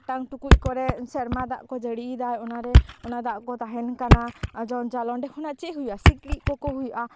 ᱢᱤᱫᱴᱟᱝ ᱴᱩᱠᱩᱡ ᱠᱚᱨᱮ ᱥᱮᱨᱢᱟ ᱫᱟᱜ ᱠᱚ ᱡᱟᱹᱲᱤᱭ ᱫᱟ ᱚᱱᱟ ᱨᱮ ᱚᱱᱟ ᱫᱟᱜ ᱠᱚ ᱛᱟᱦᱮᱱ ᱠᱟᱱᱟ ᱡᱚᱧᱡᱟᱞ ᱚᱸᱰᱮ ᱠᱷᱚᱱᱟᱜ ᱪᱮᱜ ᱦᱩᱭᱩᱜᱼᱟ ᱥᱤᱠᱬᱤᱡ ᱠᱚᱠᱚ ᱦᱩᱭᱩᱜᱼᱟ